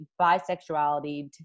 bisexuality